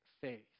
faith